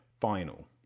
final